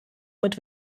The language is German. mit